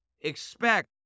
expect